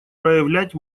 проявлять